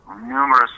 numerous